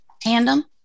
Tandem